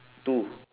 two